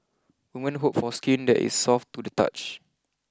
women hope for skin that is soft to the touch